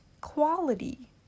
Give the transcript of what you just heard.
quality